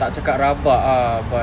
tak cakap rabak ah but